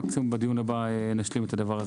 מקסימום בדיון הבא נשלים את הדבר הזה.